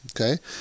Okay